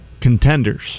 contenders